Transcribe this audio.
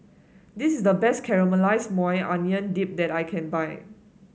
this is the best Caramelized Maui Onion Dip that I can find